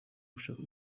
gushaka